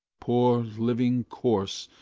poor living corse,